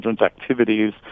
activities